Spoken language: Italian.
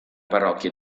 parrocchia